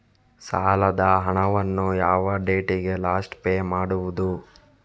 ಸಾಲದ ಹಣವನ್ನು ಯಾವ ಡೇಟಿಗೆ ಲಾಸ್ಟ್ ಪೇ ಮಾಡುವುದು?